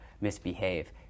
misbehave